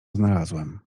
znalazłem